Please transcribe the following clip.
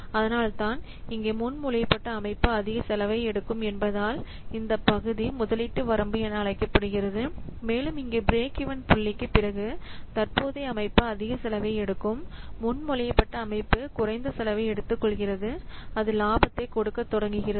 அதனால்தான் இங்கே முன்மொழியப்பட்ட அமைப்பு அதிக செலவை எடுக்கும் என்பதால் இந்த பகுதி முதலீட்டு வரம்பு என்று அழைக்கப்படுகிறது மேலும் இங்கு பிரேக் ஈவன் புள்ளிக்குப் பிறகு தற்போதைய அமைப்பு அதிக செலவை எடுக்கும் முன்மொழியப்பட்ட அமைப்பு குறைந்த செலவை எடுத்துக்கொள்கிறது அது லாபத்தை கொடுக்கத் தொடங்குகிறது